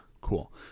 Cool